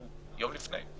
יום לפני.